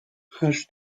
hash